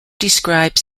described